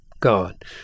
God